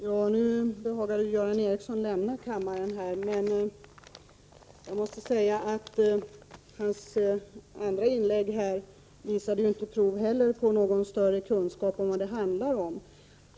Herr talman! Göran Ericsson behagade just lämna kammaren. Jag måste i varje fall säga att inte heller hans andra inlägg visade prov på några större kunskaper om vad det här handlar om.